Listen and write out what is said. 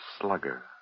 Slugger